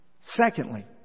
Secondly